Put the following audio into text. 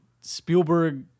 Spielberg –